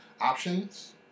options